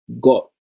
got